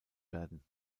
werden